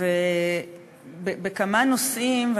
בכמה נושאים.